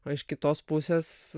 o iš kitos pusės